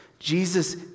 Jesus